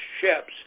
ships